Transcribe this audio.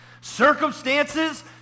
circumstances